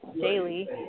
daily